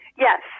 Yes